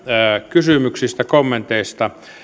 kysymyksistä kommenteista